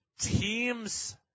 teams